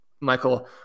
Michael